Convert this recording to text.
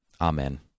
Amen